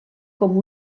com